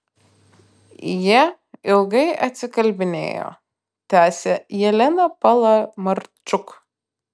jie ilgai atsikalbinėjo tęsė jelena palamarčuk